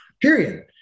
period